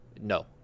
No